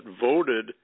voted